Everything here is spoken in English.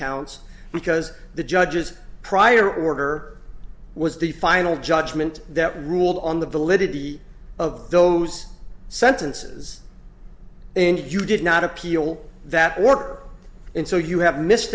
counts because the judges prior order was the final judgment that ruled on the validity of those sentences and you did not appeal that work and so you have missed